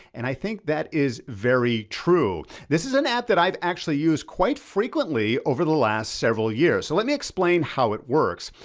and i think that is very true. this is an app that i've actually used quite frequently over the last several years. so let me explain how it works.